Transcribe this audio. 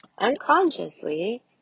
unconsciously